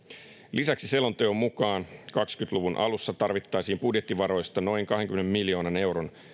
lisäksi selonteon mukaan kaksikymmentä luvun alussa tarvittaisiin budjettivaroista noin kahdenkymmenen miljoonan euron